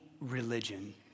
religion